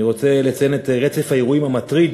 אני רוצה לציין את רצף האירועים המטריד,